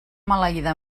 maleïda